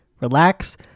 relax